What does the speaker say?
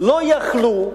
לא יכלו,